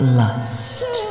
lust